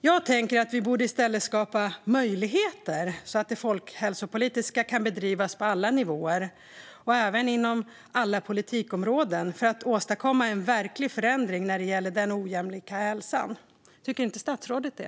Jag tycker att vi i stället borde skapa möjligheter att bedriva det folkhälsopolitiska arbetet på alla nivåer och även inom alla politikområden för att åstadkomma en verklig förändring när det gäller den ojämlika hälsan. Tycker inte statsrådet det?